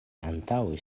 antaŭe